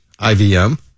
IVM